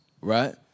Right